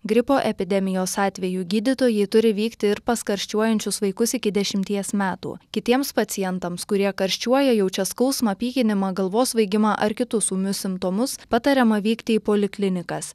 gripo epidemijos atveju gydytojai turi vykti ir pas karščiuojančius vaikus iki dešimties metų kitiems pacientams kurie karščiuoja jaučia skausmą pykinimą galvos svaigimą ar kitus ūmius simptomus patariama vykti į poliklinikas